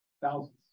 thousands